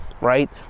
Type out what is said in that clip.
right